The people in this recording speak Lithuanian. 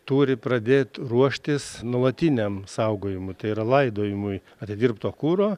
turi pradėt ruoštis nuolatiniam saugojimui tai yra laidojimui atidirbto kuro